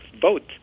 vote